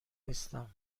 نیستم